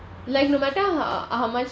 like no matter ho~ how much